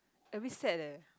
a bit sad leh